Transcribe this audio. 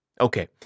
Okay